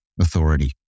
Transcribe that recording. authority